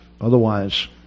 Otherwise